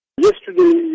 Yesterday